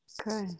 okay